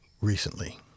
recently